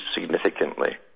significantly